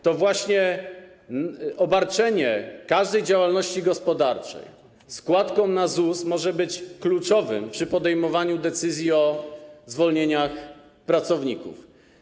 To właśnie obarczenie każdej działalności gospodarczej składką na ZUS może być kluczowe przy podejmowaniu decyzji o zwolnieniach pracowników.